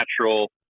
natural